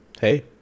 Hey